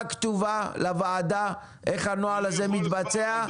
כתובה לוועדה איך הנוהל הזה מתבצע.